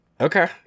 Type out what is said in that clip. Okay